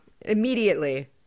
Immediately